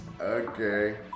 Okay